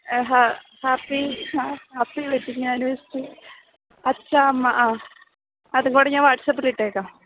happy happy wedding anniversary അച്ചാ അമ്മ ആഹ് അതും കൂടെ ഞാൻ വാട്സപ്പിലിട്ടേക്കാം